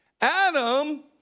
Adam